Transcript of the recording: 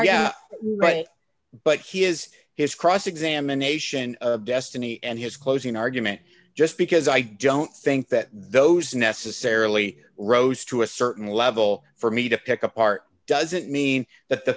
yeah right but he is his cross examination destiny and his closing argument just because i don't think that those necessarily rose to a certain level for me to pick apart doesn't mean that the